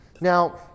Now